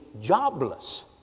jobless